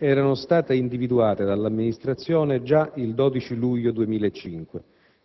Preciso che tali sedi erano state individuate dall'amministrazione già il 12 luglio 2005,